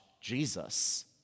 Jesus